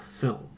film